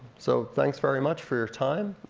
so thanks very much for your time.